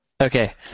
Okay